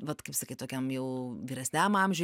vat kaip sakyt tokiam jau vyresniam amžiuj